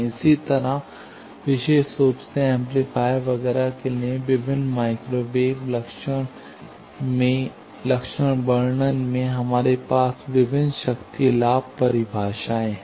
इसी तरह विशेष रूप से एम्पलीफायर वगैरह के लिए विभिन्न माइक्रोवेव लक्षण वर्णन में हमारे पास विभिन्न शक्ति लाभ परिभाषाएं हैं